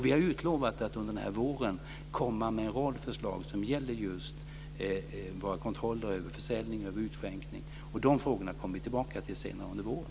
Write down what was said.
Vi har utlovat att under våren komma med en rad förslag som gäller just våra kontroller över försäljning och utskänkning. De förslagen kommer vi tillbaka till senare under våren.